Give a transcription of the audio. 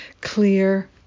clear